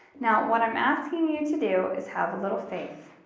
now, what i'm asking you to do is have a little faith.